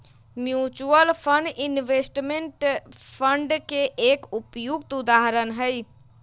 mutual fund investment fund के एक उपयुक्त उदाहरण हई